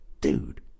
dude